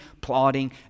plotting